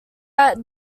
out